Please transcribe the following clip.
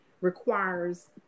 requires